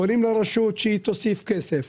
פונים לרשות שתוסיף כסף.